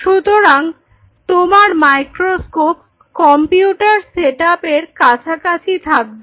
সুতরাং তোমার microscope computer setup এর কাছাকাছি থাকবে